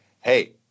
hey